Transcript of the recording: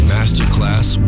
Masterclass